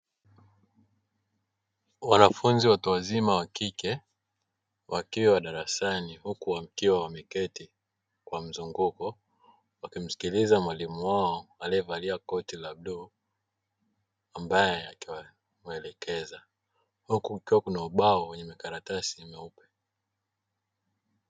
Wanafunzi watu wazima wa kike wakiwa darasani, huku wakiwa wameketi kwa mzunguko wakimsikiliza mwalimu wao aliyevalia koti la bluu ambaye akiwaelekeza huku kukiwa na ubao wenye makaratasi meupe.